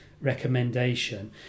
recommendation